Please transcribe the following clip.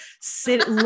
sit